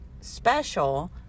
special